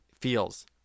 feels